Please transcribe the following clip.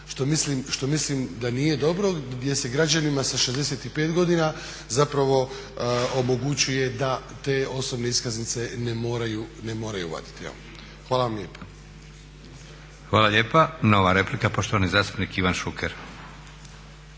što mislim da nije dobro jer se građanima sa 65 godina zapravo omogućuje da te osobne iskaznice ne moraju vaditi. Evo, hvala vam lijepa. **Leko, Josip (SDP)** Hvala lijepa. Nova replika poštovani zastupnik Ivan Šuker.